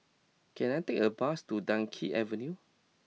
can I take a bus to Dunkirk Avenue